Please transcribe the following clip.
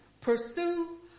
Pursue